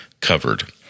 covered